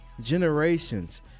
generations